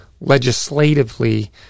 legislatively